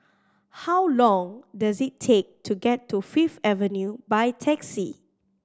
how long does it take to get to Fifth Avenue by taxi